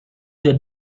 your